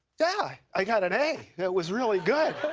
yeah, i got an a. it was really good.